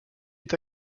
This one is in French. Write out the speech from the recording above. est